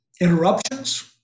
interruptions